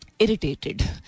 irritated